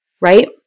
right